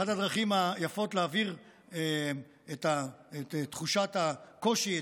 אחת הדרכים היפות להעביר את תחושת הקושי,